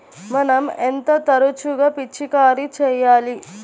మనం ఎంత తరచుగా పిచికారీ చేయాలి?